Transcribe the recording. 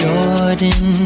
Jordan